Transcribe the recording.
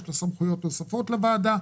יש סמכויות נוספות לוועדה.